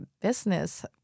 business